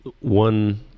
One